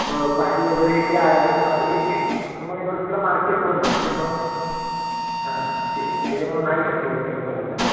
भाजी वगैरे ती आहे मार्केट पण नाही ते मग हां ते त्याच्यामुळं नाही शक्य होत कमी करायला